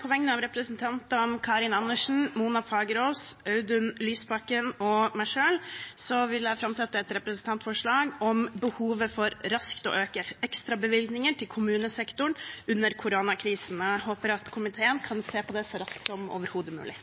På vegne av representantene Karin Andersen, Mona Fagerås, Audun Lysbakken og meg selv vil jeg framsette et representantforslag om behovet for raskt å øke ekstrabevilgninger til kommunesektoren under koronakrisen. Jeg håper at komiteen kan se på det så raskt som overhodet mulig.